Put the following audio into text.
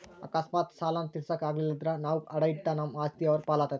ಅಕಸ್ಮಾತ್ ಸಾಲಾನ ತೀರ್ಸಾಕ ಆಗಲಿಲ್ದ್ರ ನಾವು ಅಡಾ ಇಟ್ಟ ನಮ್ ಆಸ್ತಿ ಅವ್ರ್ ಪಾಲಾತತೆ